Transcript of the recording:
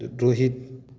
Rohit